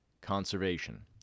Conservation